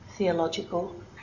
theological